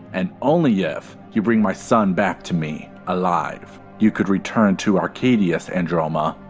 and only if, you bring my son back to me. alive. you could return to arcardius, androma.